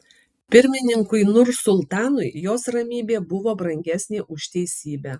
pirmininkui nursultanui jos ramybė buvo brangesnė už teisybę